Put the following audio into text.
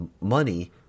money